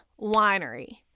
winery